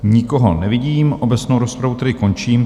Nikoho nevidím, obecnou rozpravu končím.